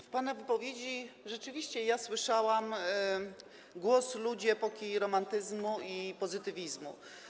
W pana wypowiedzi rzeczywiście słyszałam głos ludzi epoki romantyzmu i pozytywizmu.